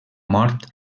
mort